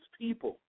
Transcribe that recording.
people